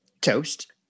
toast